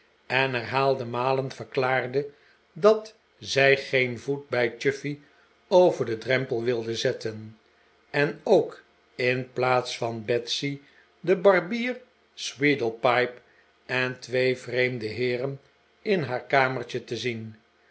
en herhaalde malen verklaarde dat zij geen voet bij chuffey over den drempel wilde zetten en ook in plaats van betsy den barbier sweedlepipe en twee vreemde heeren in haar kamertje te zien